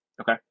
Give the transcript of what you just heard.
Okay